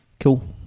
Cool